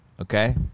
Okay